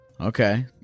Okay